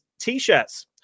t-shirts